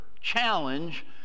challenge